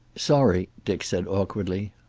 sorry, dick said awkwardly,